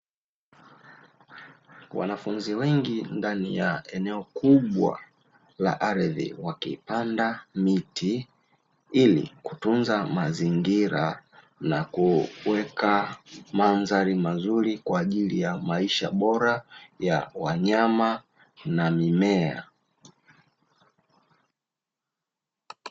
Wanafunzi wengi ndani ya eneo kubwa la ardhi wakipanda miti, ili kutunza mazingira na kuweka mandhari nzuri kwa ajili ya maisha bora ya wanyama na mimea.